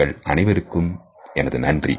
உங்கள் அனைவருக்கும் எனது நன்றி